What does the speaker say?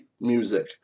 music